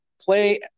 play –